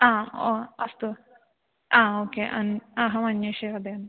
आ ओ अस्तु आ ओके अन् अहम् अन्येषु वदामि